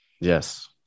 Yes